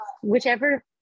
Whichever